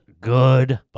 Good